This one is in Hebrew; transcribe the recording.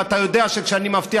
ואתה יודע שכאשר אני מבטיח,